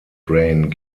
rain